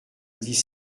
dix